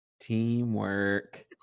Teamwork